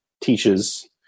teaches